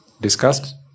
discussed